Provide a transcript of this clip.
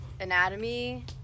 anatomy